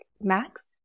max